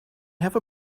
have